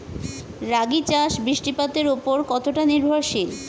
রাগী চাষ বৃষ্টিপাতের ওপর কতটা নির্ভরশীল?